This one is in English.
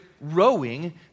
rowing